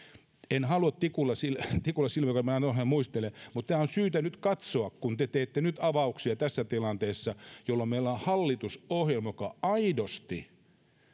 en halua sitä tikulla silmään joka vanhoja muistelee mutta tämä on syytä nyt katsoa kun te teette nyt avauksia tässä tilanteessa jolloin meillä on hallitusohjelma joka aidosti